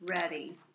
ready